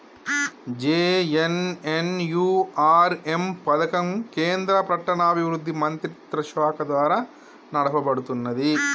JNNURM పథకం కేంద్ర పట్టణాభివృద్ధి మంత్రిత్వశాఖ ద్వారా నడపబడుతున్నది